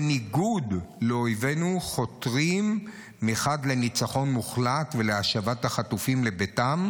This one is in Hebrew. בניגוד לאויבינו חותרים מחד גיסא לניצחון מוחלט ולהשבת החטופים לביתם,